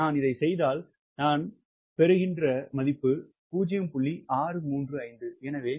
நான் இதைச் செய்தால் நான் பெறுகிறேன் மதிப்பு 0